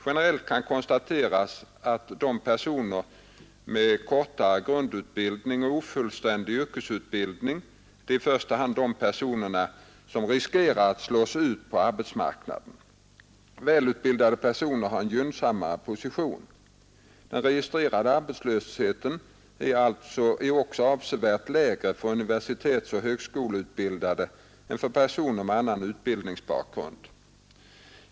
Generellt kan konstateras att det är personer med kortare grundutbildning och ofullständig yrkesutbildning som i första hand riskerar att slås ut på arbetsmarknaden. Välutbildade personer har en gynnsammare position. Den registrerade arbetslösheten är också avsevärt lägre för universitetsoch högskoleutbildade än för personer med annan utbildningsbakgrund.